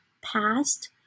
past